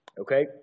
Okay